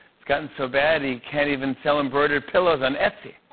it's gotten so bad, he can't even sell embroidered pillows on etsy.